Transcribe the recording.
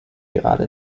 gerade